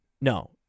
No